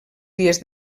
dies